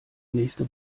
nächste